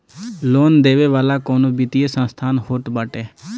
loan देवे वाला कवनो वित्तीय संस्थान होत बाटे